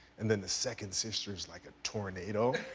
and then the second sister's like a tornado,